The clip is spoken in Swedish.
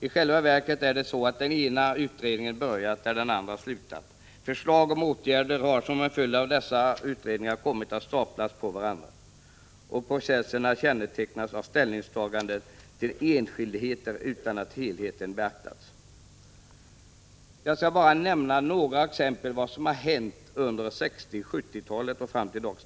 I själva verket är det så att den ena utredningen börjat där den andra slutat. Förslag om åtgärder har som en följd av dessa utredningar kommit att staplas på varandra, och processerna kännetecknas av ställningstaganden till enskildheter utan att helheten beaktats. Jag skall bara nämna några exempel på vad som har hänt under 1960 och 1970-talen och fram till dags dato.